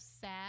sad